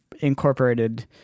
incorporated